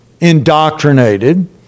indoctrinated